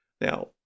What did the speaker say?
Now